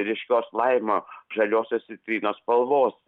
ryškios laimo žaliosios citrinos spalvos